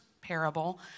parable